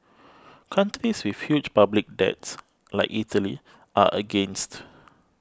countries with huge public debts like Italy are against